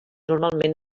normalment